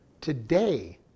today